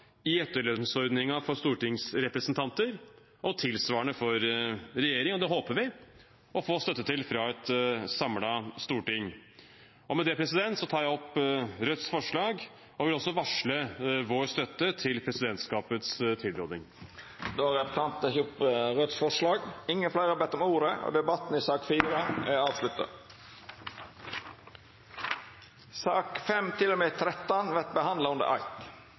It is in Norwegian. i etterlønnsordningen for stortingsrepresentanter, og tilsvarende for regjeringen. Det håper vi å få støtte til fra et samlet storting. Med det tar jeg opp Rødts forslag og vil også varsle vår støtte til presidentskapets tilråding. Då har representanten Bjørnar Moxnes teke opp forslaget frå Raudt. Fleire har ikkje bedt om ordet til sak nr. 4. Sakene nr. 5–13 vert behandla under eitt. Ingen har bedt om